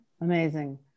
Amazing